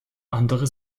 andere